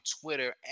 Twitter